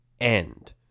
end